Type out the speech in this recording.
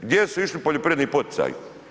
Gdje su išli poljoprivredni poticaji?